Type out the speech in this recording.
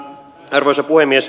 arvoisa puhemies